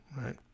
Right